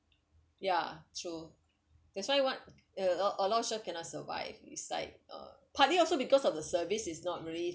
ya true that's why what a a along sure cannot survive beside uh partly also because of the service is not really